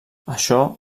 això